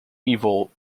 evil